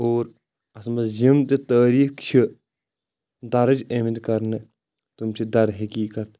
اور اتھ منٛز یِم تہِ تٲریٖخ چھِ درج آمٕتۍ کرنہٕ تِم چھِ در حقیقت